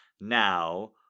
Now